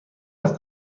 است